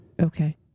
Okay